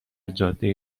جاده